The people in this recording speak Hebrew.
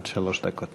עד שלוש דקות.